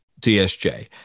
DSJ